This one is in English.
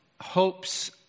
hopes